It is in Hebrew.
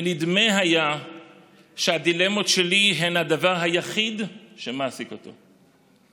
ונדמה היה שהדילמות שלי הן הדבר היחיד שמעסיק אותו.